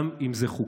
גם אם זה חוקי.